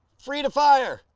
free to fire!